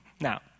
Now